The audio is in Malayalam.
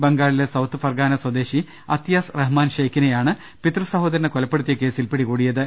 ബംഗാളിലെ സൌത്ത് ഫർഗാന സ്വദേശി അത്തിയാസ് റഹ്മാൻ ഷെയ്ഖിനെയാണ് പിതൃസഹോദരനെ കൊലപ്പെടുത്തിയ കേസിൽ പിടികൂടിയത്